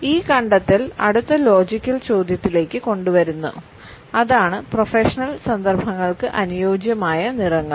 ഈ കണ്ടെത്തൽ അടുത്ത ലോജിക്കൽ ചോദ്യത്തിലേക്ക് കൊണ്ടുവരുന്നു അതാണ് പ്രൊഫഷണൽ സന്ദർഭങ്ങൾക്ക് അനുയോജ്യമായ നിറങ്ങൾ